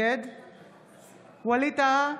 ווליד טאהא,